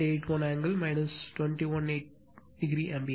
8 o ampere